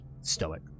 stoic